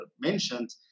mentioned